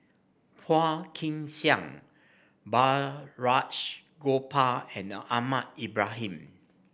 Phua Kin Siang Balraj Gopal and Ahmad Ibrahim